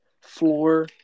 Floor